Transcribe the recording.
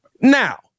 Now